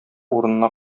урынына